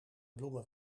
bloemen